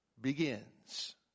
begins